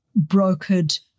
brokered